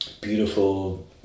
beautiful